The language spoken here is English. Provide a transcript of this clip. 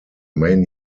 main